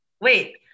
wait